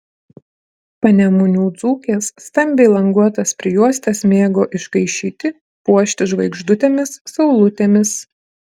panemunių dzūkės stambiai languotas prijuostes mėgo iškaišyti puošti žvaigždutėmis saulutėmis